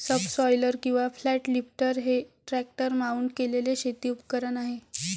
subsoiler किंवा flat lifter हे tractor mount केलेले शेती उपकरण आहे